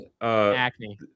Acne